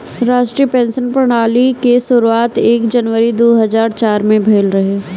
राष्ट्रीय पेंशन प्रणाली के शुरुआत एक जनवरी दू हज़ार चार में भईल रहे